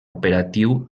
operatiu